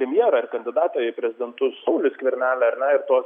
premjerą ir kandidatą į prezidentus saulių skvernelį ar ne ir tuos